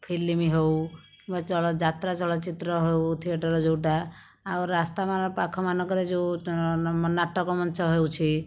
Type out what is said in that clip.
film ହେଉ କିମ୍ବା ଚଳ ଯାତ୍ରା ଚଳଚିତ୍ର ହେଉ ଥିଏଟର ଯେଉଁଟା ଆଉ ରାସ୍ତାମାନଙ୍କ ପାଖମାନଙ୍କରେ ଯେଉଁ ନାଟକ ମଞ୍ଚ ହେଉଛି